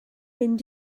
mynd